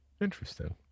interesting